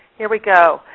here we go.